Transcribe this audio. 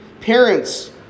Parents